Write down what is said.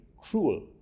cruel